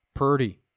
Purdy